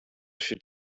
should